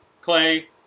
Clay